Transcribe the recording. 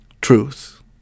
truth